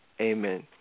Amen